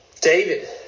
David